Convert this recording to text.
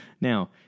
now